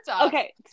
Okay